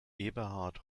eberhard